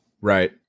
Right